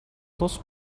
dos